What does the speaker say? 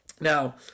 Now